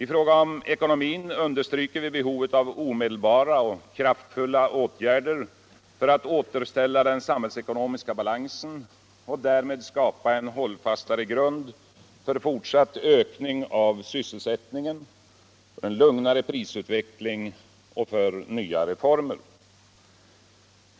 I fråga om ekonomin understryker vi behovet av omedelbara och kraftfulla åtgärder för att återställa den samhällsekonomiska balansen och därmed skapa en hållfastare grund för fortsatt ökning av sysselsättningen, lugnare prisutveckling och nya reformer.